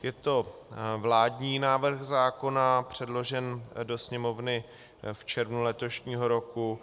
Je to vládní návrh zákona předložený do Sněmovny v červnu letošního roku.